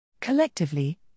Collectively